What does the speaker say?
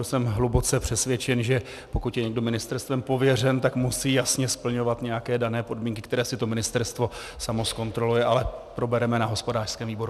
Jsem hluboce přesvědčen, že pokud je někdo ministerstvem pověřen, tak musí jasně splňovat nějaké dané podmínky, které si to ministerstvo samo zkontroluje, ale probereme to na hospodářském výboru.